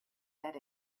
that